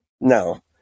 No